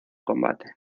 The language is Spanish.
combate